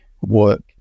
work